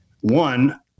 one